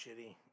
shitty